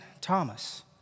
Thomas